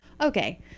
Okay